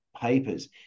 papers